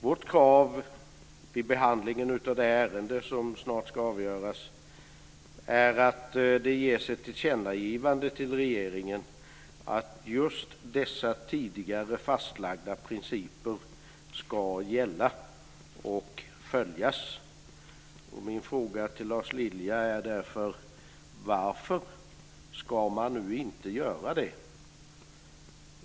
Vårt krav vid behandlingen av det ärende som snart ska avgöras är att det ges ett tillkännagivande till regeringen att just dessa tidigare fastlagda principer ska gälla och följas. Min fråga till Lars Lilja är därför: Varför ska man nu inte göra det? Herr talman!